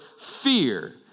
fear